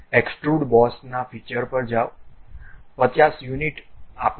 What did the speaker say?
extrude બોસનાં features પર જાઓ 50 યુનિટ પર જાઓ OK ક્લિક કરો